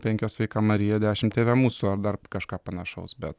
penkios sveika marija dešimt tėve mūsų ar dar kažką panašaus bet